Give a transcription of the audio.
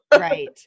right